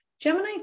Gemini